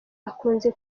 akunze